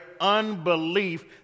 unbelief